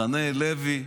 מחנה לוי,